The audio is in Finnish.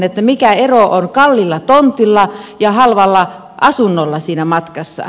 se mikä ero on kalliilla tontilla ja halvalla asunnolla siinä matkassa